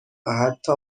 حتی